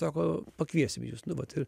sako pakviesime jus nu vat ir